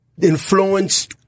influence